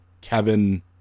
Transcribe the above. Kevin